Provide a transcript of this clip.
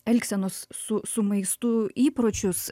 elgsenos su su maistu įpročius